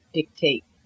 dictate